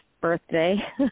birthday